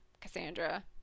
Cassandra